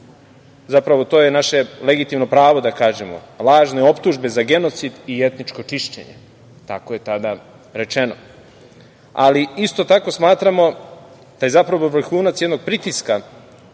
zapravo to je naše legitimno pravo da kažemo, lažne optužbe za genocid i etničko čišćenje. Tako je tada rečeno. Ali, isto tako smatramo da je zapravo vrhunac jednog pritiska